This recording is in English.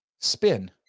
spin